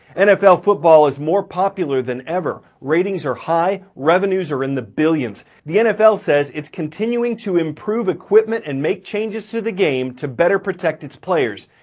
nfl football is more popular than ever. ratings are high. revenues are in the billions. the nfl says it's continuing to improve equipment and make changes to the game to better protect its players.